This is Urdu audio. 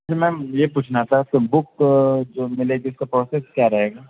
میم یہ پوچھنا تھا کہ بک جو ملے گی اس کا پروسیس کیا رہے گا